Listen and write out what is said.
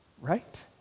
right